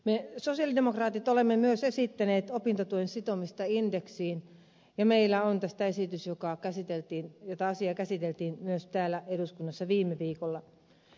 me sosialidemokraatit olemme myös esittäneet opintotuen sitomista indeksiin ja meillä on tästä esitys jota asiaa käsiteltiin myös täällä eduskunnassa viime viikolla